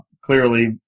clearly